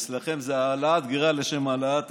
אצלכם זה העלאת גרה לשם העלאת הגרה.